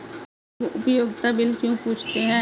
लोग उपयोगिता बिल क्यों पूछते हैं?